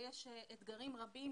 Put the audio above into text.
ויש אתגרים רבים,